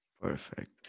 perfect